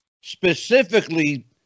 specifically